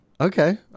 Okay